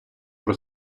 про